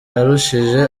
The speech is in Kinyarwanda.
yarushije